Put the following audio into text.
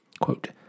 quote